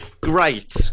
Great